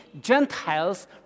Gentiles